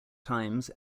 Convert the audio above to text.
times